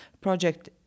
Project